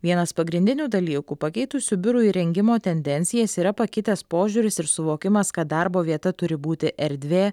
vienas pagrindinių dalykų pakeitusių biurų įrengimo tendencijas yra pakitęs požiūris ir suvokimas kad darbo vieta turi būti erdvė